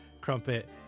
Crumpet